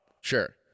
Sure